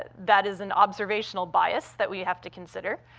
that that is an observational bias that we have to consider.